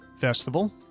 Festival